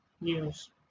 news